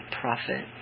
profit